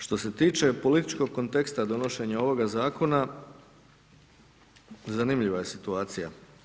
Što se tiče političkog konteksta donošenja ovoga Zakona, zanimljiva je situacija.